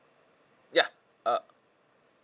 ya uh